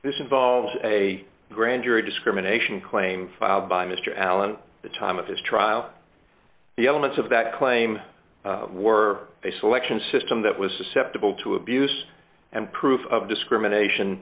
this involved a grand jury discrimination claim filed by mr allen on the time of his trial the elements of that claim were a selection system that was susceptible to abuse and proof of discrimination